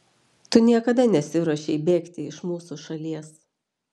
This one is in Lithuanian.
tu niekada nesiruošei bėgti iš mūsų šalies